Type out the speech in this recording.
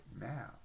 now